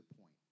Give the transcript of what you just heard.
point